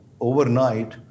overnight